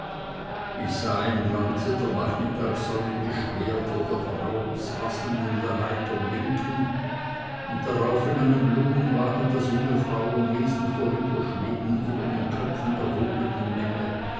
ich sah im glanze der nachmittagssonne die schwerter der voranrasselnden reiter blinken und darauf in einem blumenwagen das junge frauenwesen vorüberschweben über den köpfen der wogenden menge